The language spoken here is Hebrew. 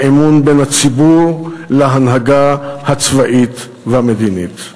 באמון שבין הציבור להנהגה הצבאית והמדינית.